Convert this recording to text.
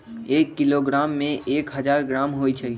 एक किलोग्राम में एक हजार ग्राम होई छई